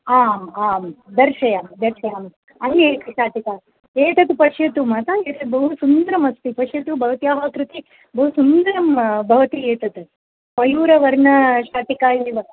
आम् आं दर्शयामि दर्शयामि अन्या एका शाटिका अस्ति एतत् पश्यतु मातः एतत् बहु सुन्दरम् अस्ति भवत्याः कृते बहु सुन्दरं भवति एतत् मयूरवर्णशाटिका एव